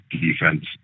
defense